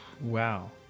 Wow